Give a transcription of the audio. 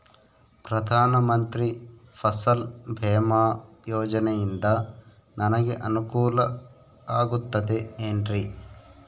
ಪ್ರಧಾನ ಮಂತ್ರಿ ಫಸಲ್ ಭೇಮಾ ಯೋಜನೆಯಿಂದ ನನಗೆ ಅನುಕೂಲ ಆಗುತ್ತದೆ ಎನ್ರಿ?